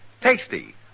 Tasty